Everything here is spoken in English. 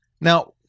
Now